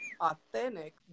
authentic